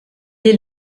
est